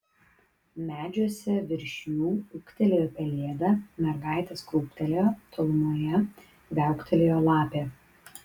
medžiuose virš jų ūktelėjo pelėda mergaitės krūptelėjo tolumoje viauktelėjo lapė